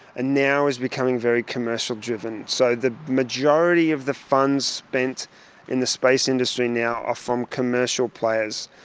and now is becoming very commercial driven. so the majority of the funds spent in the space industry now are from commercial players,